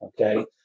okay